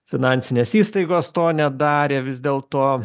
finansinės įstaigos to nedarė vis dėl to